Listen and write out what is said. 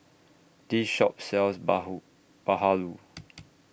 This Shop sells Bahulu